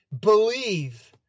believe